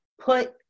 put